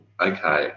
okay